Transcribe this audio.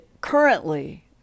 currently